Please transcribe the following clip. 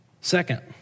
Second